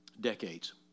decades